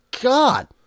god